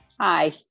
Hi